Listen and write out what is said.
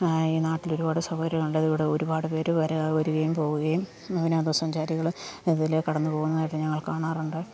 ഈ നാട്ടിൽ ഒരുപാട് സൗകര്യം ഉണ്ട് ഇവിടെ ഒരുപാട് പേർ വരിക വരികയും പോവുകയും വിനോദസഞ്ചാരികൾ ഇതിലേ കടന്നുപോകുന്നതൊക്കെ ഞങ്ങൾ കാണാറുണ്ട്